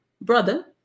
brother